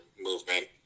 movement